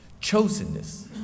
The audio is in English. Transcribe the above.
chosenness